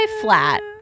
flat